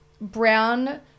brown